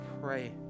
pray